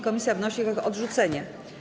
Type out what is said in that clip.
Komisja wnosi o ich odrzucenie.